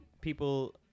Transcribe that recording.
people